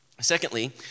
Secondly